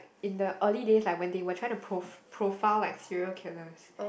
in the early days like when they were trying to pro~ profile like serial killers